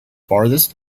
farthest